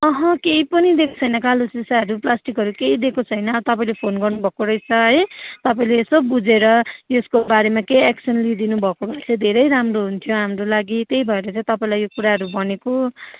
अहँ केही पनि दिएको छैन कालो सिसाहरू प्लास्टिकहरू केही दिएको छैन तपाईँले फोन गर्नुभएको रहेछ है तपाईँले यसो बुझेर यसको बारेमा केही एक्सन लिइदिनु भएको भए चाहिँ धेरै राम्रो हुन्थ्यो हाम्रो लागि त्यही भएर चाहिँ तपाईँलाई यो कुराहरू भनेको